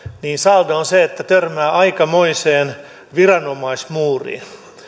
niin saldo on se että törmää aikamoiseen viranomaismuuriin